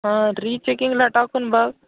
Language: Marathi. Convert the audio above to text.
हा रीचेकिंगला टाकून बघ